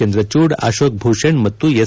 ಚಂದ್ರಚೂಡ್ ಅಶೋಕ್ ಭೂಷಣ್ ಮತ್ತು ಎಸ್